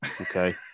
okay